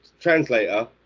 translator